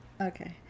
Okay